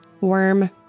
worm